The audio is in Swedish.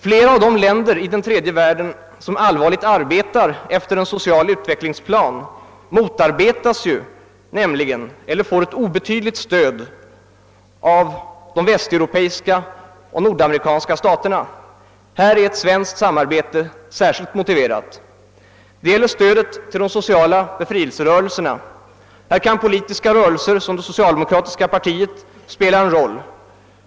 Flera av de länder i den tredje världen som allvarligt arbetar efter en social utvecklingsplan motarbetas eller får ett obetydligt stöd av de västeuropeiska och nordamerikanska staterna. Här är ett svenskt samarbete särskilt motiverat. Det gäller stödet till de sociala befrielserörelserna. Här kan politiska rörelser som det socialdemokratiska partiet spela en roll.